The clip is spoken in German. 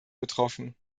getroffen